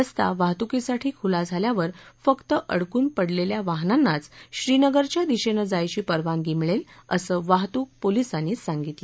रस्ता वाहतूकीसाठी खुला झाल्यावर फक्त अडकून पडलेल्या वाहनांनाच श्रीनगरच्या दिशेनं जायघी परवानगी मिळेल असं वाहतूक पोलिसांनी सांगितलं